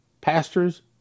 Pastors